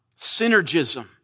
Synergism